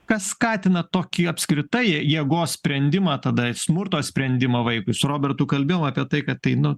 kas skatina tokį apskritai jėgos sprendimą tada smurto sprendimą vaikui su robertu kalbėjom apie tai kad tai nu